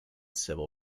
civil